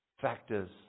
factors